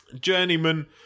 Journeyman